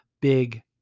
Big